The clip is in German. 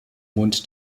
mund